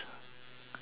with siri